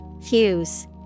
Fuse